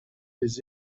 des